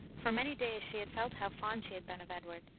for many days she had felt how fond she had been of edward,